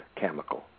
chemical